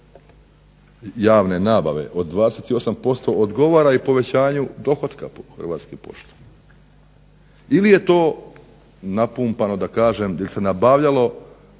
javne nabave od 28% odgovara i povećanju dohotka Hrvatskih pošta ili je to napumpano ili se nabavljalo